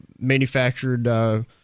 manufactured